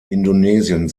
indonesien